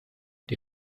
die